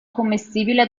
commestibile